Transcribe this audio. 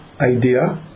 idea